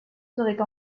seraient